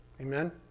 Amen